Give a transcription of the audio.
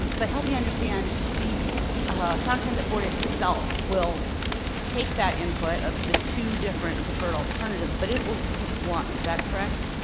but help me understand, the so transit board itself will take that input of the two different preferred alternatives, but it will pick one, is that correct?